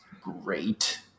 great